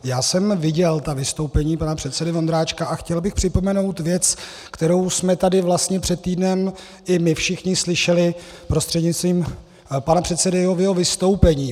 Já jsem viděl ta vystoupení pana předsedy Vondráčka a chtěl bych připomenout věc, kterou jsme tady vlastně před týdnem i my všichni slyšeli prostřednictvím pana předsedy v jeho vystoupení.